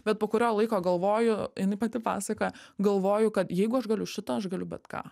bet po kurio laiko galvoju jinai pati pasakojo galvoju kad jeigu aš galiu šitą aš galiu bet ką